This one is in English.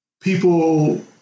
people